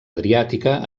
adriàtica